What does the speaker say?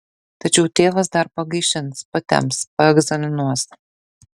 tačiau tėvas dar pagaišins patemps paegzaminuos